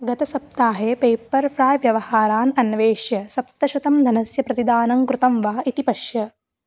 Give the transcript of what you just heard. गतसप्ताहे पेपर्फ़्राय् व्यवहारान् अन्वेष्य सप्तशतं धनस्य प्रतिदानं कृतं वा इति पश्य